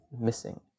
missing